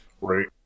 Right